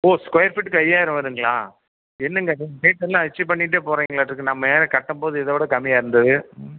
ஓ square ஃபீட்டுக்கு ஐயாயிரம் வருங்களா என்னங்க இது ரேட்டெல்லாம் அச்சீவ் பண்ணிகிட்டே போறீங்கலான்ட்டுருக்கு நான் மேலே கட்டும்போது இதை விட கம்மியாக இருந்தது